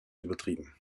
übertrieben